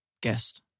guest